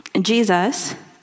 Jesus